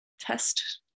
test